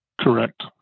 Correct